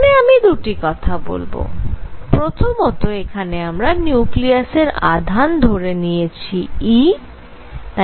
এখানে আমি দুটি কথা বলব প্রথমত এখানে আমরা নিউক্লিয়াসের আধান ধরে নিয়েছি e